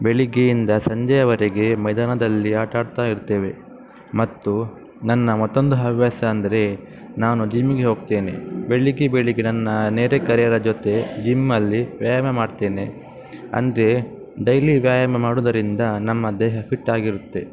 ಬೆಳಿಗ್ಗೆಯಿಂದ ಸಂಜೆಯವರೆಗೆ ಮೈದಾನದಲ್ಲಿ ಆಟಾಡ್ತಾ ಇರ್ತೇವೆ ಮತ್ತು ನನ್ನ ಮತ್ತೊಂದು ಹವ್ಯಾಸ ಅಂದರೆ ನಾನು ಜಿಮ್ಮಿಗೆ ಹೋಗ್ತೇನೆ ಬೆಳಿಗ್ಗೆ ಬೆಳಿಗ್ಗೆ ನನ್ನ ನೆರೆಕರೆರ ಜೊತೆ ಜಿಮ್ಮಲ್ಲಿ ವ್ಯಾಯಾಮ ಮಾಡ್ತೇನೆ ಅಂದರೆ ಡೈಲಿ ವ್ಯಾಯಾಮ ಮಾಡೋದರಿಂದ ನಮ್ಮ ದೇಹ ಫಿಟ್ಟಾಗಿರುತ್ತೆ